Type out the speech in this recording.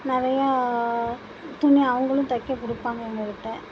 நிறையா துணி அவங்களும் தைக்க கொடுப்பாங்க எங்கக்கிட்ட